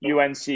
unc